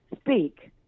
speak